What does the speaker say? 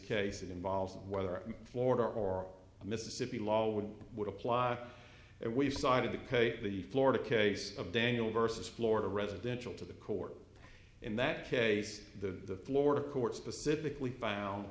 case it involves whether florida or mississippi law would would apply and we cited the cape the florida case of daniel versus florida residential to the court in that case the floor of court specifically found